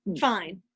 fine